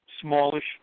smallish